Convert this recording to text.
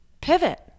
pivot